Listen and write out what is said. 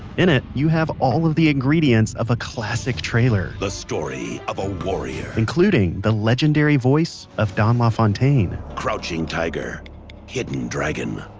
in it, you have all of the ingredients of a classic trailer the story of a warrior. including the legendary voice of don lafontaine crouching tiger hidden dragon